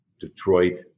Detroit